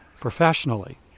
professionally